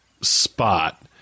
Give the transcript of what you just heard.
spot